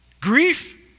Grief